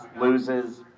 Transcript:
loses